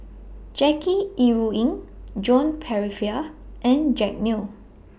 Jackie Yi Ru Ying Joan Pereira and Jack Neo